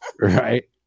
Right